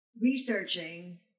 researching